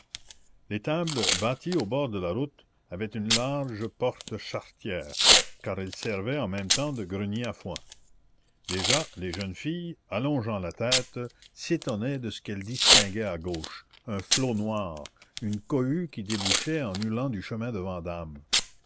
l'étable bâtie au bord de la route avait une large porte charretière car elle servait en même temps de grenier à foin déjà les jeunes filles allongeant la tête s'étonnaient de ce qu'elles distinguaient à gauche un flot noir une cohue qui débouchait en hurlant du chemin de vandame